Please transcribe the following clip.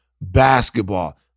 basketball